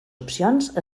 opcions